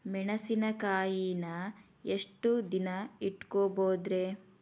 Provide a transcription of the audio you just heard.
ಮೆಣಸಿನಕಾಯಿನಾ ಎಷ್ಟ ದಿನ ಇಟ್ಕೋಬೊದ್ರೇ?